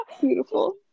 Beautiful